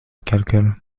calcul